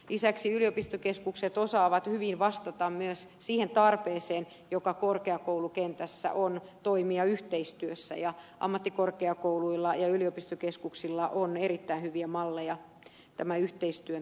lisäksi yliopistokeskukset osaavat hyvin vastata myös siihen tarpeeseen joka korkeakoulukentässä on toimia yhteistyössä ja ammattikorkeakouluilla ja yliopistokeskuksilla on erittäin hyviä malleja tämän yhteistyön toteuttamiseen